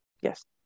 Yes